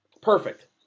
Perfect